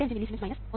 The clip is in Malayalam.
25 മില്ലിസീമെൻസ് 1